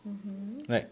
mmhmm